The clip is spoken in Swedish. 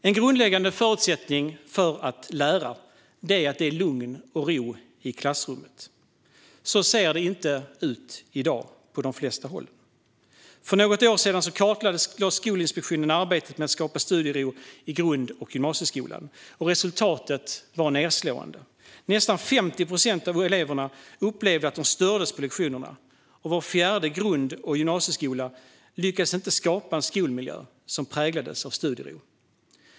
En grundläggande förutsättning för att lära är att det är lugn och ro i klassrummet. Så ser det inte ut i dag på de flesta håll. För något år sedan kartlade Skolinspektionen arbetet med att skapa studiero i grund och gymnasieskolan. Resultatet var nedslående. Nästan 50 procent av eleverna upplevde att de stördes på lektionerna, och var fjärde grund och gymnasieskola lyckades inte skapa en skolmiljö som präglades av studiero.